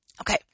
Okay